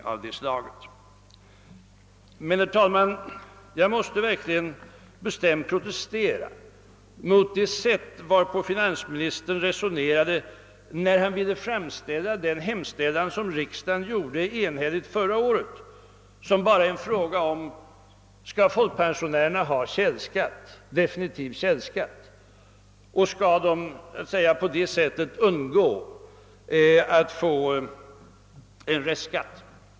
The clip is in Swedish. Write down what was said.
Jag måste verkligen, herr talman, bestämt protestera mot det sätt varpå finansministern resonerade när han ville framställa den hemställan som riksdagen enhälligt gjorde förra året som om den bara gällde huruvida folkpensionärerna skulle ha definitiv källskatt för att på detta sätt undgå att få restskatt.